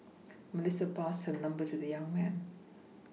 Melissa passed her number to the young man